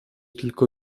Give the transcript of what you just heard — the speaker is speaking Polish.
tylko